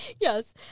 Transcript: Yes